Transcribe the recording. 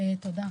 תודה.